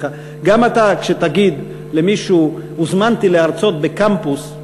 כשתגיד למישהו: הוזמנתי להרצות בקמפוס,